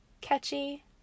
Catchy